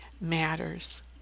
matters